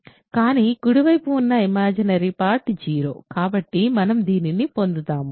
కానీ కుడి వైపున ఉన్న ఇమాజినరీ పార్ట్ 0 కాబట్టి మనం దీనిని పొందుతాము